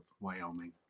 Wyoming